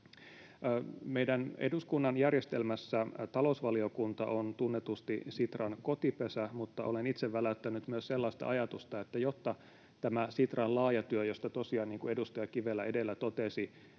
Meidän eduskunnan järjestelmässä talousvaliokunta on tunnetusti Sitran kotipesä. Mutta olen itse väläyttänyt myös sellaista ajatusta, että jotta tämä Sitran laaja työ, josta tosiaan — niin kuin edustaja Kivelä edellä totesi